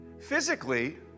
physically